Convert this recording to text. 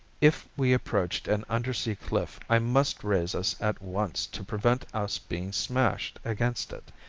if we approached an undersea cliff i must raise us at once to prevent us being smashed against it.